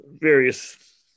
various